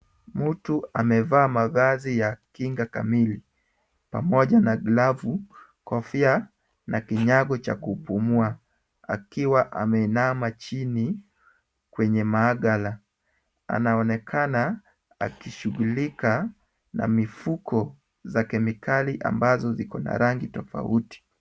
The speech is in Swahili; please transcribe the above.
Mtu amevaa mavazi ya kinga kamili pamoja na glavu, kofia na kinyago cha kupumua, akiwa ameinama chini kwenye maabara. Anaonekana akishughulika na mifuko za kemikali ambazo ziko na rangi tofauti.